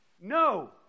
No